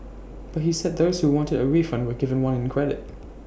but he said those who wanted A refund were given one in credit